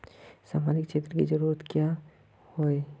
सामाजिक क्षेत्र की जरूरत क्याँ होय है?